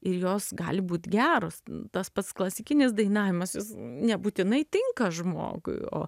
ir jos gali būt geros tas pats klasikinis dainavimas jis nebūtinai tinka žmogui o